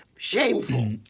shameful